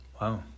Wow